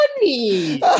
money